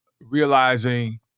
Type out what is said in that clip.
realizing